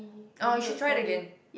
orh you should try it again